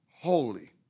holy